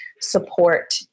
support